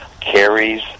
carries